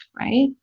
Right